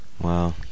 wow